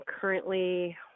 currently